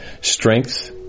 strength